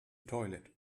toilet